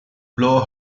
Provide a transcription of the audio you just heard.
blow